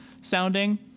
sounding